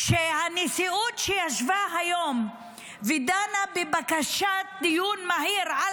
שהנשיאות שישבה ודנה היום בבקשה לדיון מהיר על